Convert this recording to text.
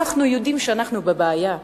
אנחנו יודעים שאנחנו בבעיה,